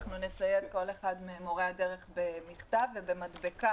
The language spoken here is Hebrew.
אנחנו נצייד כל אחד ממורי הדרך במכתב ובמדבקה,